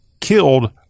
killed